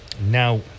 Now